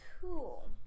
cool